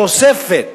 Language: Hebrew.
תוספת.